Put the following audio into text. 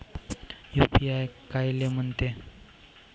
UPI कायले म्हनते?